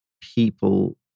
people